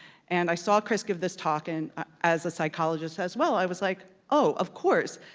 and i saw chris give this talk, and as a psychologist as well, i was like, oh, of course.